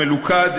מלוכד,